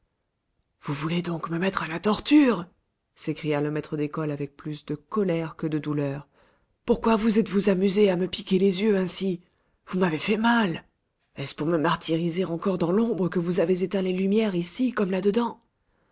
vous voulez donc me mettre à la torture s'écria le maître d'école avec plus de colère que de douleur pourquoi vous êtes-vous amusé à me piquer les yeux ainsi vous m'avez fait mal est-ce pour me martyriser encore dans l'ombre que vous avez éteint les lumières ici comme là-dedans